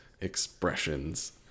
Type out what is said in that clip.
expressions